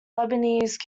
lebanese